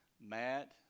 Matt